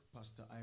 Pastor